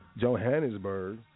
Johannesburg